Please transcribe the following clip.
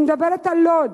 אני מדברת על לוד.